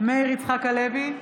מאיר יצחק הלוי,